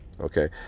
Okay